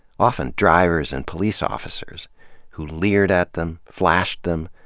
often drivers and police officers who leered at them, flashed them,